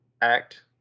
act